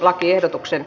lakiehdotuksen